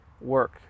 work